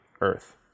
Earth